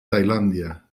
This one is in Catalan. tailàndia